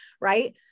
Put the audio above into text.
right